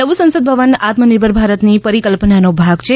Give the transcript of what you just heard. નવું સંસદ ભવન આત્મનિર્ભર ભારતની પરિકલ્પનાનો ભાગ છે